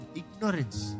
ignorance